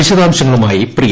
വിശദാംശങ്ങളുമായി പ്രിയ